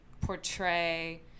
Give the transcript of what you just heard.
portray